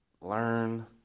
learn